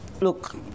look